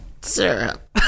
syrup